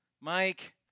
Mike